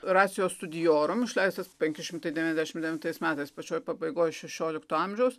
racijo studiorum išleistas penki šimtai devyniasdešimt devintais metais pačioj pabaigoj šešiolikto amžiaus